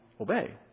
obey